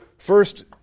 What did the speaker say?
First